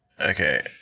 Okay